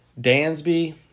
Dansby